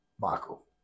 Michael